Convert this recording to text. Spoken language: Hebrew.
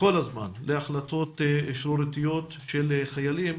כל הזמן להחלטות שרירותיות של חיילים,